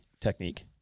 technique